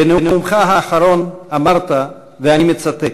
בנאומך האחרון אמרת, ואני מצטט: